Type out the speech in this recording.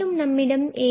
நம்மிடம் a022 உள்ளது